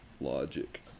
logic